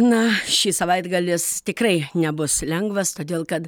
na šis savaitgalis tikrai nebus lengvas todėl kad